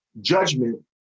judgment